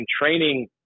training